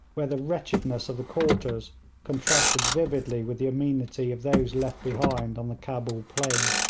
where the wretchedness of the quarters contrasted vividly with the amenity of those left behind on the cabul plain.